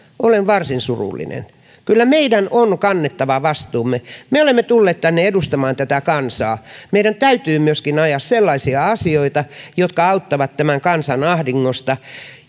olen varsin surullinen kyllä meidän on kannettava vastuumme me olemme tulleet tänne edustamaan tätä kansaa meidän täytyy myöskin ajaa sellaisia asioita jotka auttavat tämän kansan ahdingosta